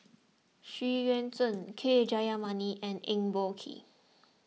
Xu Yuan Zhen K Jayamani and Eng Boh Kee